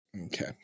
Okay